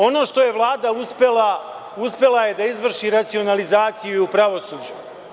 Ono što je Vlada uspela, uspela je da izvrši racionalizaciju i u pravosuđu.